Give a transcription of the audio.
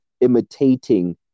imitating